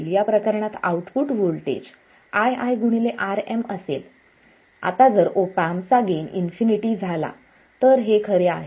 या प्रकरणात output voltage ii Rm असेल आता जर ऑप एम्पचा गेन इन्फिनिटी झाला तर हे खरे आहेत